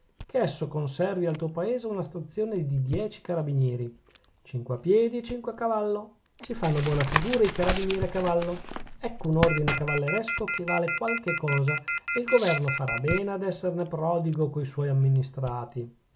che esso conservi al tuo paese una stazione di dieci carabinieri cinque a piedi e cinque a cavallo ci fanno buona figura i carabinieri a cavallo ecco un ordine cavalleresco che vale qualche cosa e il governo farà bene ad esserne prodigo co suoi amministrati